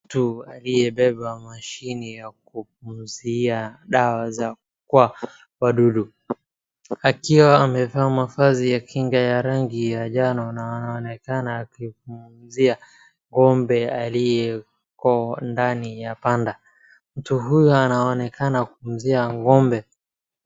Mtu aliyebeba dawa za kupuuzia kwa wadudu, wakati huo amevaa mavazi ya kinga ya rangi ya njano na anaonekana akipuuzia ng' ombe aliyeko nadani ya banda, mtu huyu anaonekana kupuuzia ng' ombe.